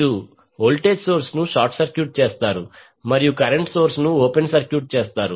మీరు voltage source ను short circuit చేస్తారు మరియు కరెంట్ సోర్స్ ను ఓపెన్ సర్క్యూట్ చేస్తారు